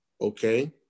okay